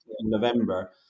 November